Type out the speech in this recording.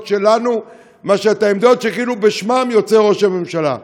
שלנו מאשר העמדות שכאילו בשמן יוצא ראש הממשלה.